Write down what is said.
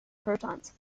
protons